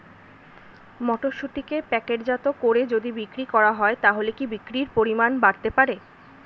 মটরশুটিকে প্যাকেটজাত করে যদি বিক্রি করা হয় তাহলে কি বিক্রি পরিমাণ বাড়তে পারে?